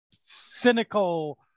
cynical